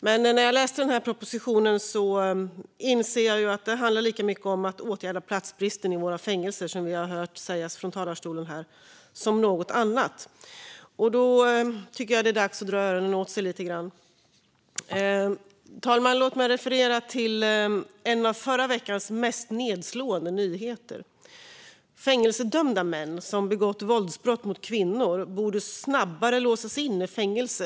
Men när jag läste propositionen insåg jag att det, som vi hört sägas här i talarstolen, lika mycket handlar om att åtgärda platsbristen i våra fängelser. Det är något annat, och då tycker jag att det är dags att dra öronen åt sig lite grann. Fru talman! Låt mig referera till en av förra veckans mest nedslående nyheter. Fängelsedömda män som begått våldsbrott mot kvinnor borde snabbare låsas in i fängelse.